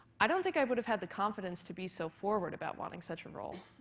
i don't think i would have had the confidence to be so forward about wanting such a role,